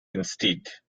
instead